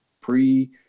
pre